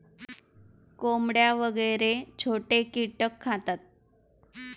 कोंबड्या वगैरे छोटे कीटक खातात